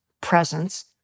presence